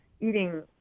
eating